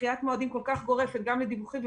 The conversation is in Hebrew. גם לדיווחים,